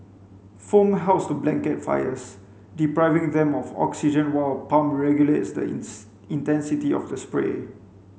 foam helps to blanket fires depriving them of oxygen while a pump regulates the intensity of the spray